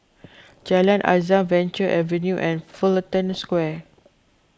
Jalan Azam Venture Avenue and Fullerton Square